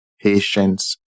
patience